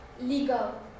legal